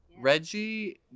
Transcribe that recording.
Reggie